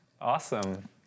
Awesome